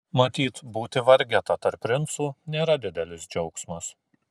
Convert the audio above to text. matyt būti vargeta tarp princų nėra didelis džiaugsmas